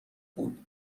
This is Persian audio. بود